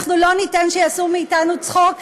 לא ניתן שיעשו מאתנו צחוק,